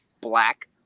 black